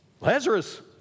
Lazarus